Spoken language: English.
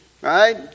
right